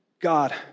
God